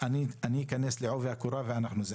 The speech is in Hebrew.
אני אכנס לעובי הקורה ונדון בזה.